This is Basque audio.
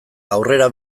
aurrera